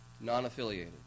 non-affiliated